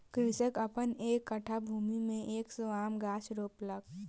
कृषक अपन एक कट्ठा भूमि में एक सौ आमक गाछ रोपलक